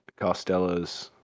Costello's